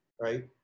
right